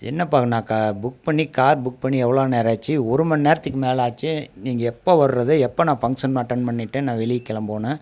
என்னப்பா நான் புக் பண்ணி கார் புக் பண்ணி எவ்வளோ நேரம் ஆச்சு ஒருமணி நேரத்துக்கு மேலே ஆச்சு நீங்கள் எப்போ வர்றது எப்போ நான் ஃபங்க்ஷன் அட்டன் பண்ணிட்டு நான் வெளியே கெளம்பணும்